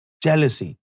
jealousy